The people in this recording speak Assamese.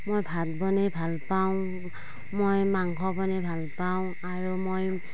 মই ভাত বনাই ভাল পাওঁ মই মাংস বনাই ভাল পাওঁ আৰু মই